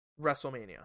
WrestleMania